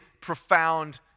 profound